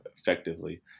effectively